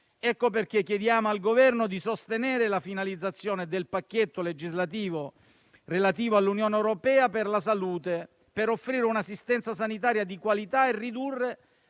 Per questo chiediamo al Governo di sostenere la finalizzazione del pacchetto legislativo relativo all'Unione europea per la salute, per offrire un'assistenza sanitaria di qualità e ridurre